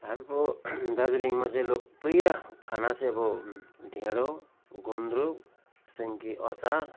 हाम्रो दार्जिलिङमा चाहिँ लोकप्रिय खाना चाहिँ आबो ढिँडो गुन्द्रुक सिन्की अचार